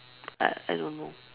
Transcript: I I don't know